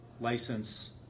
license